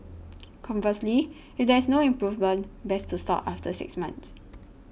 conversely if there is no improvement best to stop after six months